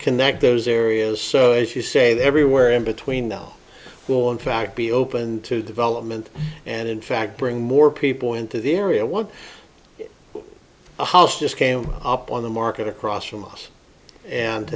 connect those areas so as you say that everywhere in between that will in fact be open to development and in fact bring more people into the area one house just came up on the market across from